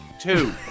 Two